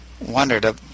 wondered